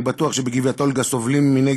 אני בטוח שבגבעת-אולגה סובלים מנגע